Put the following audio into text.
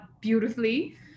beautifully